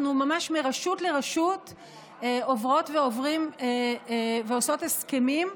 אנחנו עוברות ועוברים מרשות לרשות ועושות הסכמים,